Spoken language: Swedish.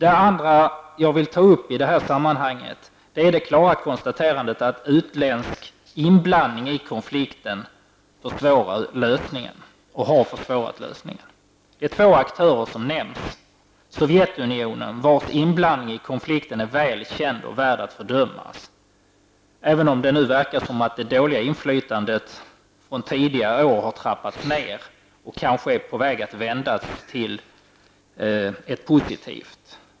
En annan sak som jag vill ta upp i detta sammanhang är det klara konstaterandet att utländsk inblandning i konflikten försvårar och har försvårat lösningen. Två aktörer nämns. Det gäller Sovjetunionen, vars inblandning i konflikten är väl känd och värd att fördömas, även om det nu verkar som om det dåliga inflytandet från tidigare år har trappats ned och kanske är på väg att vändas till någonting positivt.